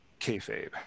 kayfabe